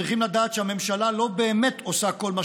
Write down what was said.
צריכים לדעת שהממשלה לא באמת עושה כל מה